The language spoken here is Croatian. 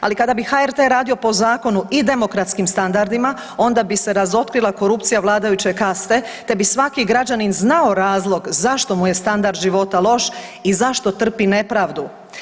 Ali kada bi HRT radio po zakonu i demokratskim standardima onda bi se razotkrila korupcija vladajuće kaste te bi svaki građanin znao razlog zašto mu je standard života loš i zašto trpi nepravdu.